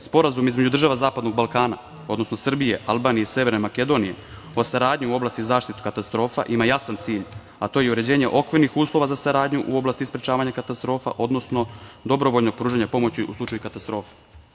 Sporazum između država Zapadnog Balkana, odnosno Srbije, Albanije i Severne Makedonije o saradnji u oblasti zaštite od katastrofa ima jasan cilj, a to je uređenje okvirnih uslova za saradnju u oblasti sprečavanja katastrofa, odnosno dobrovoljnog pružanja pomoći u slučaju katastrofa.